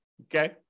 okay